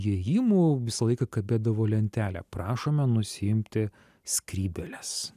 įėjimų visą laiką kabėdavo lentelė prašome nusiimti skrybėles